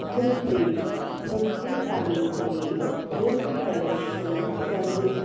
गूड्डे मूंखे पांहिंजे waste collection service